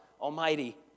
Almighty